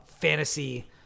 fantasy